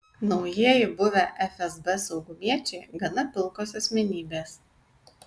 naujieji buvę fsb saugumiečiai gana pilkos asmenybės